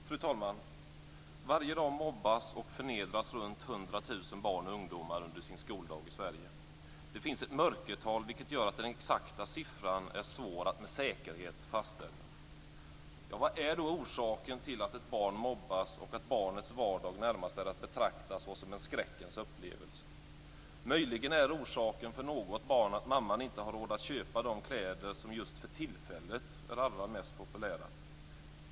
Fru talman! Varje dag mobbas och förnedras runt hundra tusen barn och ungdomar under sin skoldag i Sverige. Det finns ett mörkertal, vilket gör att den exakta siffran är svår att fastställa med säkerhet. Vad är då orsaken till att ett barn mobbas och att barnets vardag närmast är att betrakta som en skräckens upplevelse? Möjligen är orsaken för något barn att mamman inte har råd att köpa de kläder som just för tillfället är allra mest populära.